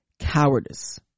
cowardice